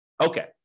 Okay